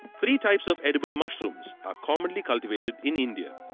three types of edible mushrooms are commonly cultivated in india.